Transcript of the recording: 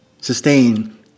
sustain